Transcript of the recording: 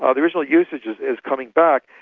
ah the original usage, is is coming back,